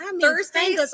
Thursday